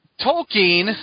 Tolkien